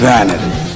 Vanity